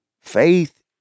Faith